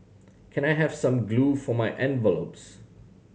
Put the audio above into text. can I have some glue for my envelopes